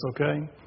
okay